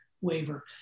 waiver